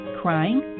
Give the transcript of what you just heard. crying